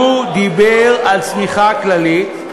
הוא דיבר על צמיחה כללית,